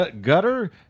Gutter